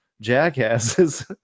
jackasses